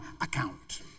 account